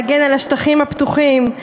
להגן על השטחים הפתוחים,